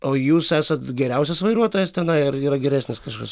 o jūs esat geriausias vairuotojas tenai ar yra geresnis kažkas